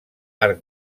arc